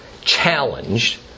challenged